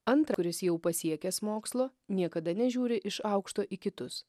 antra jis jau pasiekęs mokslo niekada nežiūri iš aukšto į kitus